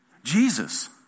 Jesus